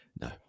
No